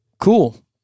cool